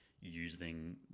using